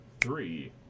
three